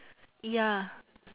ya